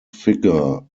figure